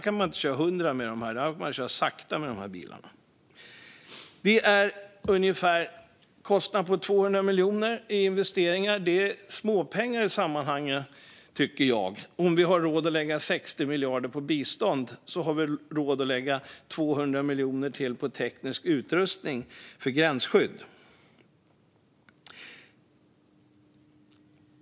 Man kan inte köra i 100 kilometer i timmen, utan man måste köra sakta med de här bilarna. Det skulle bli en kostnad på ungefär 200 miljoner i investeringar. Det är småpengar i sammanhanget, tycker jag. Om vi har råd att lägga 60 miljarder på bistånd har vi väl råd att lägga 200 miljoner till på teknisk utrustning för gränsskydd.